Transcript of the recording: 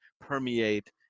permeate